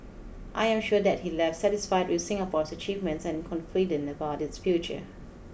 I am sure that he left satisfied with Singapore's achievements and confident about its future